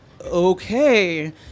okay